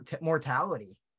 mortality